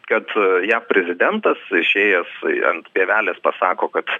kad jav prezidentas išėjęs ant pievelės pasako kad